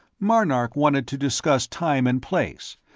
marnark wanted to discuss time and place,